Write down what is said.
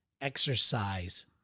exercise